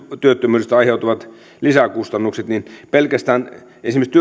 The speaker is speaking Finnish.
työttömyydestä aiheutuvat lisäkustannukset niin esimerkiksi